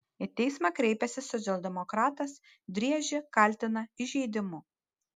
į teismą kreipęsis socialdemokratas driežį kaltina įžeidimu